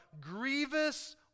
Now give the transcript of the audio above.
grievous